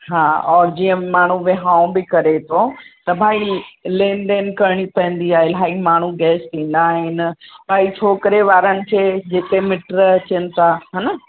हा और जीअं माण्हू विहांव बि करे थो त भई लेन देन करिणी पईंदी आहे इलाही माण्हू गेस्ट ईंदा आहिनि भई छोकिरे वारनि खे जेके मिट अचनि था है न